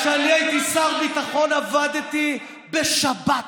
כשאני הייתי שר ביטחון עבדתי בשבת,